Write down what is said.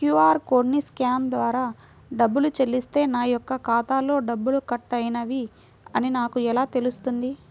QR కోడ్ని scan ద్వారా డబ్బులు చెల్లిస్తే నా యొక్క ఖాతాలో డబ్బులు కట్ అయినవి అని నాకు ఎలా తెలుస్తుంది?